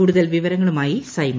കൂടുതൽ വിവരങ്ങളുമായി സൈമ